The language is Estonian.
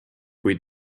kui